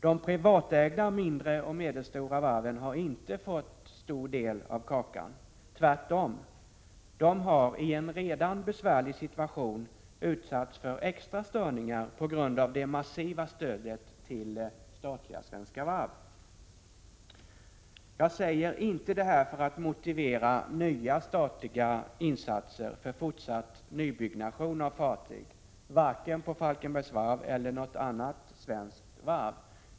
De privatägda mindre och medelstora varven har inte fått stor del av kakan. Tvärtom har de, i en redan besvärlig situation, utsatts för extra störningar på grund av det massiva stödet till statliga Svenska Varv. Jag säger inte det här för att motivera nya statliga insatser för fortsatt nybyggnation av fartyg, varken på Falkenbergs Varv eller på något annat svenskt varv.